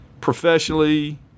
professionally